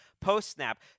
post-snap